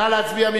נא להצביע.